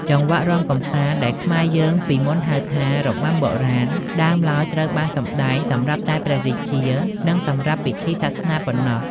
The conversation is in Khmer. ចង្វាក់រាំកម្សាន្តដែលខ្មែរយើងពីមុនហៅថា របាំបុរាណ ដើមឡើយត្រូវបានសម្តែងសម្រាប់តែព្រះរាជា និងសម្រាប់ពិធីសាសនាប៉ុណ្ណោះ។